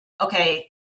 Okay